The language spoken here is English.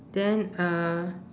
then uh